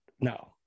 no